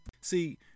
see